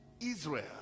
israel